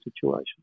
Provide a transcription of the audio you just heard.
situation